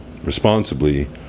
responsibly